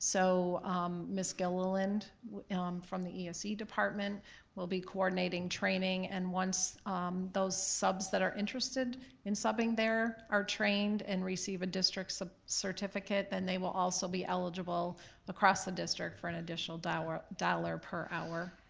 so miss gilliland from the ese department will be coordinating training and once those subs that are interested in subbing there are trained and receive a district so certificate then they will also be eligible across the district for an additional dollar dollar per hour.